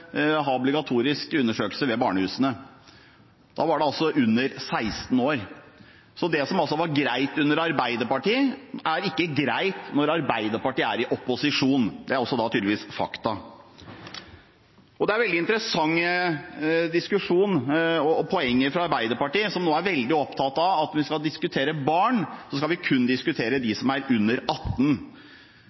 ha obligatorisk undersøkelse ved barnehusene; da var det altså de under 16 år. Så det som altså var greit under Arbeiderpartiet, er ikke greit når Arbeiderpartiet er i opposisjon. Det er også da tydeligvis fakta. Og det er veldig interessante poenger fra Arbeiderpartiet, som nå er veldig opptatt av at om vi skal diskutere barn, så skal vi kun diskutere dem som er under 18.